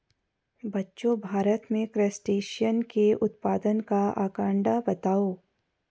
बच्चों भारत में क्रस्टेशियंस के उत्पादन का आंकड़ा बताओ?